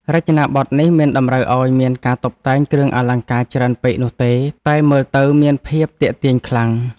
រចនាប័ទ្មនេះមិនតម្រូវឱ្យមានការតុបតែងគ្រឿងអលង្ការច្រើនពេកនោះទេ តែមើលទៅមានភាពទាក់ទាញខ្លាំង។